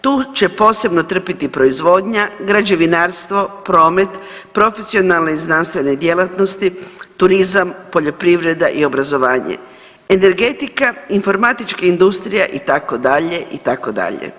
Tu će posebno trpiti proizvodnja, građevinarstvo, promet, profesionalne i znanstvene djelatnosti, turizam, poljoprivreda i obrazovanje, energetika, informatička industrija itd., itd.